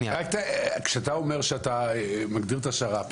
כשאתה אומר שאתה מגדיר את השר"פ,